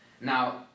Now